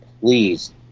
please